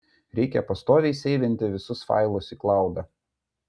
reikia pastoviai seivinti visus failus į klaudą